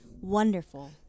Wonderful